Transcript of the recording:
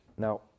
Now